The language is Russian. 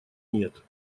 нет